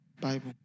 Bible